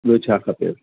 ॿियो छा खपे